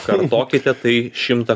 kartokite tai šimtą